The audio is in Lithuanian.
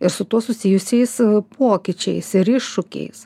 ir su tuo susijusiais pokyčiais ir iššūkiais